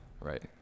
Right